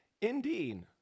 Indeed